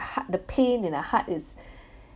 heart the pain in the heart is